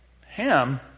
Ham